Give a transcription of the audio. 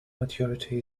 maturity